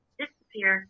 disappear